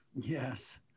Yes